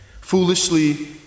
Foolishly